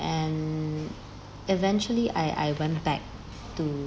and eventually I I went back to